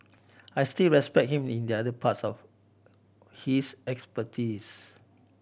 I still respect him in the other parts of his expertise